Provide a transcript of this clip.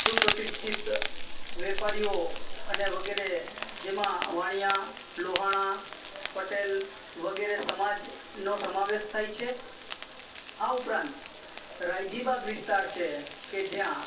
સુપ્રતિષ્ઠિત વેપારીઓ અને વગેરે જેમાં વાણિયા લુહાણા પટેલ વગેરે સમાજનો સમાવેશ થાય છે આ ઉપરાંત રાયજીબાગ વિસ્તાર છે કે જ્યાં